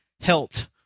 helped